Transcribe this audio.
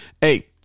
hey